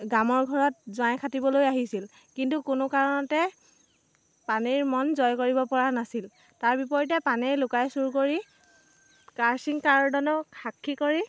গামৰ ঘৰত জোঁৱাই খাটিবলৈ আহিছিল কিন্তু কোনো কাৰণতে পানেইৰ মন জয় কৰিব পৰা নাছিল তাৰ বিপৰীতে পানেই লুকাই চুৰ কৰি কাৰচিং কাৰডানোক সাক্ষী কৰি